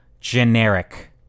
generic